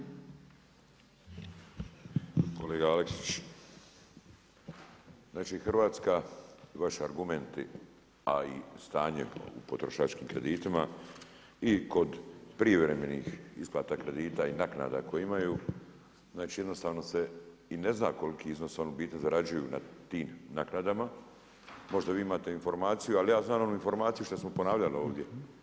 Kolega Aleksić, znači Hrvatska, vaši argumenti a i stanje u potrošačkim kreditima, i kod privremenih isplata kredita i naknada koje imaju, znači jednostavno se i ne zna koliko iznos oni u biti zarađuju na tim naknadama, možda vi imate informaciju, ali ja znam informaciju što smo ponavljali ovdje.